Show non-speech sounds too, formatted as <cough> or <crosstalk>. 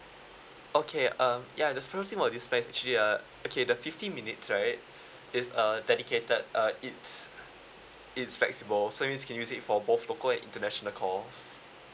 okay uh ya the <noise> about this plan is actually uh okay the fifty minutes right it's err dedicated uh it's it's flexible so that means can use it for both local and international calls